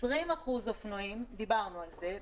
20% אופנועים דיברנו על זה,